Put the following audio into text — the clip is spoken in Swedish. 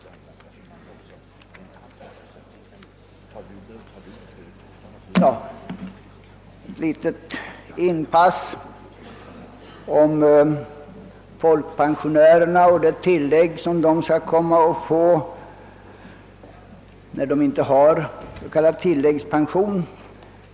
Ett litet inpass om det tillägg som folkpensionärer som inte har s.k. tillläggspension skall få!